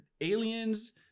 aliens